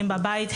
הם בבית.